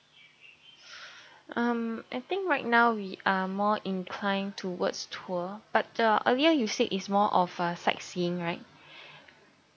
um I think right now we are more inclined towards tour but uh earlier you said it's more of a sightseeing right